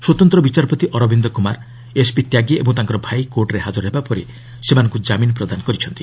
ସ୍ୱତନ୍ତ ବିଚାରପତି ଅରବିନ୍ଦ କୁମାର ଏସ୍ପି ତ୍ୟାଗୀ ଓ ତାଙ୍କର ଭାଇ କୋର୍ଟରେ ହାଜର ହେବା ପରେ ସେମାନଙ୍କୁ ଜାମିନ୍ ପ୍ରଦାନ କରିଛନ୍ତି